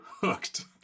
hooked